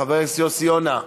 חבר הכנסת יוסי יונה.